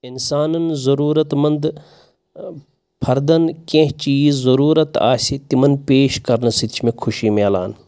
اِنسانَن ضروٗرت منٛد فردَن کیٚنٛہہ چیٖز ضروٗرت آسہِ تِمَن پیش کَرنہٕ سۭتۍ چھِ مےٚ خوٚشی میلان